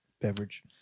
beverage